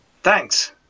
thanks